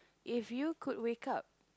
if you could wake up